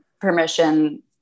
permission